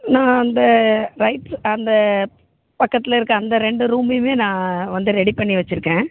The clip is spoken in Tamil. நான் அந்த ரைட்டில் அந்த பக்கத்தில் இருக்கற அந்த ரெண்டு ரூமையுமே நான் வந்து ரெடி பண்ணி வச்சுருக்கேன்